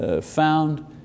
found